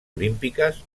olímpiques